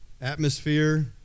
atmosphere